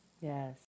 Yes